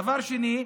דבר שני,